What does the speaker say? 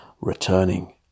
returning